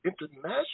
international